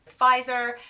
Pfizer